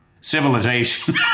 civilization